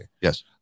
Yes